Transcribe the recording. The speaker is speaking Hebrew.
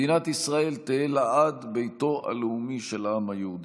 מדינת ישראל תהא לעד ביתו הלאומי של העם היהודי.